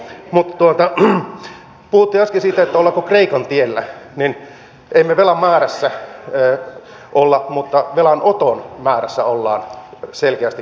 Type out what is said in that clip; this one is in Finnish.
mutta kun puhuttiin äsken siitä ollaanko kreikan tiellä niin emme velan määrässä ole mutta velanoton määrässä ollaan selkeästi kreikan tiellä